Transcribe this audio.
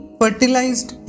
fertilized